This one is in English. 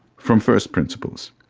from first principles,